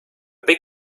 big